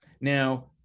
Now